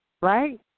Right